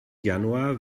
januar